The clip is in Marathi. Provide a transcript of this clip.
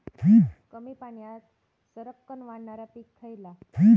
कमी पाण्यात सरक्कन वाढणारा पीक खयला?